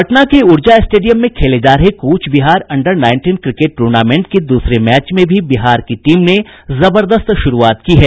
पटना के ऊर्जा स्टेडियम में खेले जा रहे Cooch Behar under nineteen cricket tournament के दूसरे मैच में भी बिहार की टीम ने जबरदस्त शुरूआत की है